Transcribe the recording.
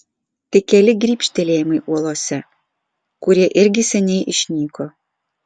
tik keli grybštelėjimai uolose kurie irgi seniai išnyko